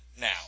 now